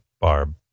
Barb